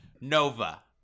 nova